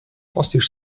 postage